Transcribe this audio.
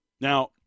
Now